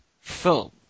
film